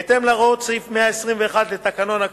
בהתאם להוראות סעיף 121 לתקנון הכנסת,